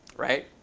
right,